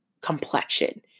complexion